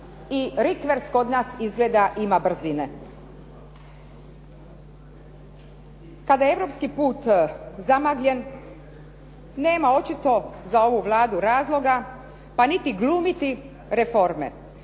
I rikverc kod nas izgleda ima brzine. Kada je europski put zamagljen nema očito za ovu Vladu razloga pa niti glumiti reforme.